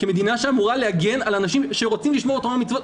כמדינה שאמורה להגן על אנשים שרוצים לשמור תורה ומצוות.